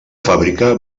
fàbrica